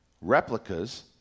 Replicas